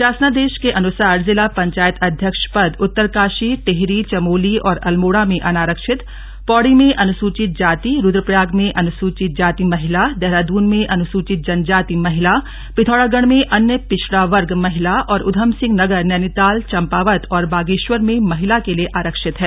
शासनादेश के अनुसार जिला पंचायत अध्यक्ष पद उत्तरकाशी टिहरी चमोली और अल्मोड़ा में अनारक्षित पौड़ी में अनुसूचित जाति रूद्रप्रयाग में अनुसूचित जाति महिला देहरादून में अनुसूचित जनजाति महिला पिथौरागढ़ में अन्य पिछड़ा वर्ग महिला एवं ऊधमसिंह नगर नैनीताल चम्पावत और बागेश्वर में महिला के लिए आरक्षित है